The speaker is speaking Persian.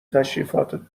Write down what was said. تشریفاتت